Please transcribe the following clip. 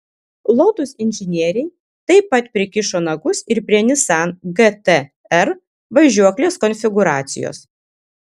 lotus inžinieriai taip pat prikišo nagus ir prie nissan gt r važiuoklės konfigūracijos